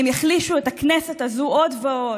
הם יחלישו את הכנסת הזו עוד ועוד,